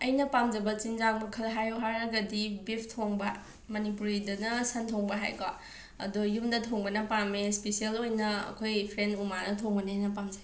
ꯑꯩꯅ ꯄꯥꯝꯖꯕ ꯆꯤꯟꯖꯥꯛ ꯃꯈꯜ ꯍꯥꯏꯌꯣ ꯍꯥꯏꯔꯒꯗꯤ ꯕꯤꯐ ꯊꯣꯡꯕ ꯃꯅꯤꯄꯨꯔꯤꯗꯅ ꯁꯟ ꯊꯣꯡꯕ ꯍꯥꯏꯀꯣ ꯑꯗꯣ ꯌꯨꯝꯗ ꯊꯣꯡꯕꯅ ꯄꯥꯝꯃꯦ ꯁ꯭ꯄꯤꯁꯦꯜ ꯑꯣꯏꯅ ꯑꯩꯈꯣꯏ ꯐ꯭ꯔꯦꯟ ꯎꯃꯥꯅ ꯊꯣꯡꯕꯅ ꯍꯦꯟꯅ ꯄꯥꯝꯖꯩ